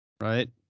Right